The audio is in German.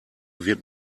wird